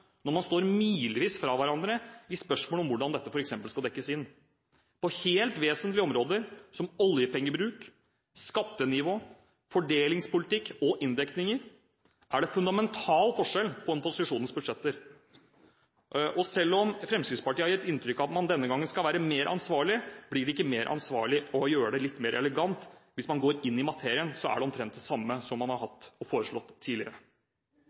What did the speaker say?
når man står milevis fra hverandre i spørsmålet om hvor dette skal dekkes inn. På helt vesentlige områder, som oljepengebruk, skattenivå, fordelingspolitikk og inndekninger, er det en fundamental forskjell på opposisjonens budsjetter. Selv om Fremskrittspartiet har gitt inntrykk av at man denne gangen skal være mer ansvarlig, blir det ikke mer ansvarlig av å gjøre det litt mer elegant. Hvis man går inn i materien, så er det omtrent det samme som man har foreslått tidligere.